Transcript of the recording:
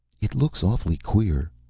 it looks awfully queer,